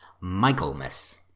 michaelmas